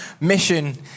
mission